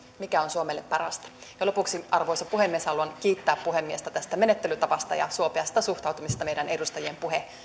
mikä on suomelle parasta lopuksi arvoisa puhemies haluan kiittää puhemiestä tästä menettelytavasta ja suopeasta suhtautumisesta meidän edustajien